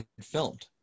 filmed